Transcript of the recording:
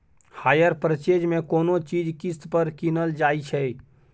hire purchase मे कोनो चीज किस्त पर कीनल जाइ छै